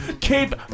Keep